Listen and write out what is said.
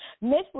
miss